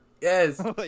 Yes